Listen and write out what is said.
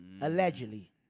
Allegedly